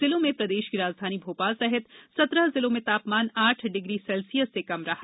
जिलों में प्रदेश की राजधानी भोपाल सहित सत्रह जिलों में तापमान आठ डिग्री सेल्सियस से कम रहा